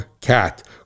cat